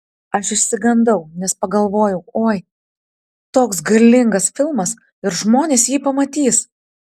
aš išsigandau nes pagalvojau oi toks galingas filmas ir žmonės jį pamatys